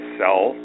sell